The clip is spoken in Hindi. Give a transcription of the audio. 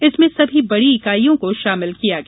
इसमें सभी बड़ी इकाइयों को शामिल किया गया